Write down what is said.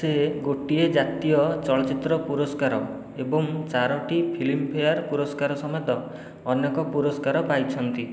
ସେ ଗୋଟିଏ ଜାତୀୟ ଚଳଚ୍ଚିତ୍ର ପୁରସ୍କାର ଏବଂ ଚାରୋଟି ଫିଲ୍ମଫେୟାର ପୁରସ୍କାର ସମେତ ଅନେକ ପୁରସ୍କାର ପାଇଛନ୍ତି